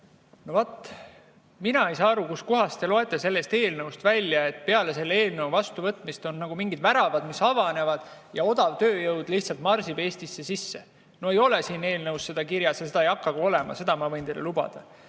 Aitäh! Mina ei saa aru, kust kohast te loete selles eelnõus välja, et peale selle eelnõu vastuvõtmist nagu mingid väravad avanevad ja odav tööjõud lihtsalt marsib Eestisse sisse. No ei ole siin eelnõus seda kirjas ja sedasi ei hakka ka olema, seda ma võin teile lubada. Nüüd